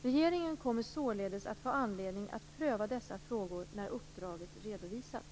Regeringen kommer således att få anledning att pröva dessa frågor när uppdraget redovisats.